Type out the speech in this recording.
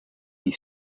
die